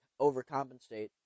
overcompensate